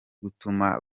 gutuma